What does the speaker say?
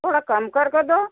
थोड़ा कम कर के दो